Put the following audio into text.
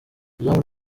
izamu